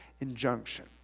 injunction